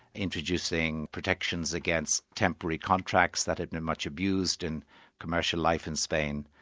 introducing protections against temporary contracts that have been much abused in commercial life in spain,